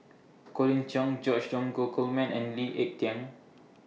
Colin Cheong George Dromgold Coleman and Lee Ek Tieng